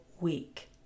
week